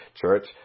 church